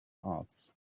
arts